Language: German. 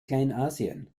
kleinasien